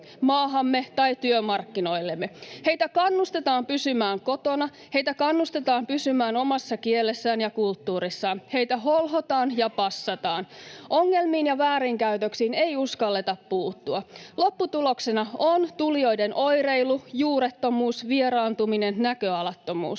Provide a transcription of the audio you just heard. maahamme tai työmarkkinoillemme. Heitä kannustetaan pysymään kotona, heitä kannustetaan pysymään omassa kielessään ja kulttuurissaan, heitä holhotaan ja passataan. Ongelmiin ja väärinkäytöksiin ei uskalleta puuttua. Lopputuloksena on tulijoiden oireilu, juurettomuus, vieraantuminen, näköalattomuus,